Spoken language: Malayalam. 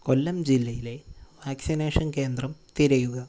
കൊല്ലം ജില്ലയിലെ വാക്സിനേഷൻ കേന്ദ്രം തിരയുക